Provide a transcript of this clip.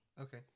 Okay